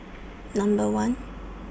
Number one